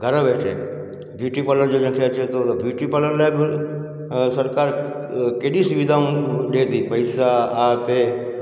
घरु वेठे beauty parlour जो जंहिंखें अचे थो त ब्यूटी पार्लर लाइ बि सरकारु केॾी सुविधाऊं ॾिए थी पैसा थिए